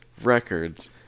records